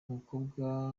umukobwa